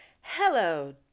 Hello